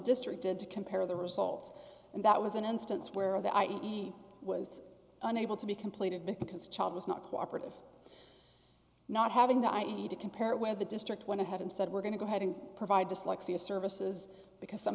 district did to compare the results and that was an instance where the i e was unable to be completed because the child was not cooperative not having the i e to compare where the district went ahead and said we're going to go ahead and provide dyslexia services because some